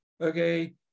okay